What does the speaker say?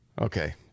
Okay